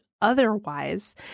otherwise